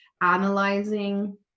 analyzing